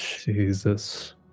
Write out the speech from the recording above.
Jesus